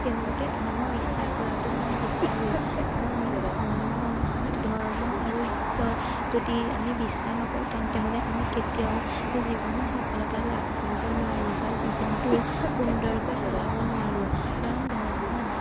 তেওঁলোকে ধৰ্ম বিশ্বাস কৰাটো মই বিচাৰোঁ কাৰণ ধৰ্ম ধৰ্ম আৰু ঈশ্বৰ যদি আমি বিশ্বাস নকৰোঁ তেনেহ'লে আমি কেতিয়াও জীৱনত সফলতা লাভ কৰিব নোৱাৰোঁ বা জীৱনটো সুন্দৰকৈ চলাব নোৱাৰোঁ কাৰণ ধৰ্ম